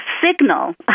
signal